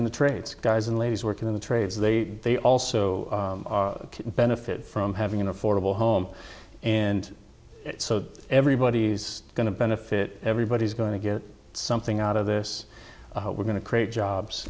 in the trades guys and ladies working in the trades they they also benefit from having an affordable home and so everybody's going to benefit everybody's going to get something out of this we're going to create jobs